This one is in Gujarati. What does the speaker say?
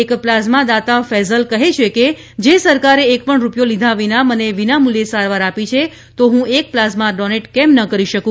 એક પ્લાઝમા દાતા ફૈઝલ કહે છે કે જે સરકારે એક પણ રૂપિયો લીધા વિના મને વિનામૂલ્યે સારવાર આપી છે તો હું એક પ્લાઝમા ડોનેટ કેમ ન કરી શકું